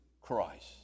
Christ